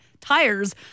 tires